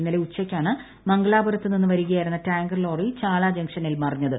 ഇന്നലെ ഉച്ചയ്ക്കാണ് മംഗലാപുരത്ത് നിന്ന് വരികയായിരുന്ന ടാങ്കർ ലോറി ചാല ജങ്ക്ഷനിൽ മറിഞ്ഞത്